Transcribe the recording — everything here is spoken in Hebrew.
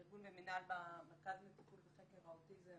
ארגון ומינהל במרכז לטיפול וחקר האוטיזם,